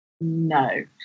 No